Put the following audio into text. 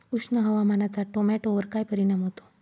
उष्ण हवामानाचा टोमॅटोवर काय परिणाम होतो?